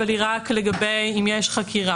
אבל היא רק לגבי אם יש חקירה.